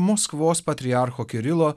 maskvos patriarcho kirilo